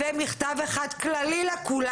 ומכתב אחד כללי לכולם.